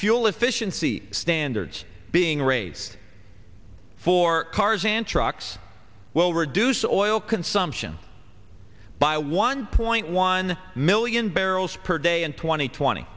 fuel efficiency standards being raised for cars and trucks will reduce oil consumption by one point one million barrels per day and twenty twenty